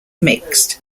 mixed